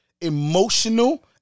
emotional